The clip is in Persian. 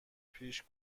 پیش